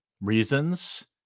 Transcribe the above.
reasons